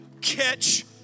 catch